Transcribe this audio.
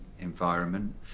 environment